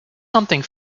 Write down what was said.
something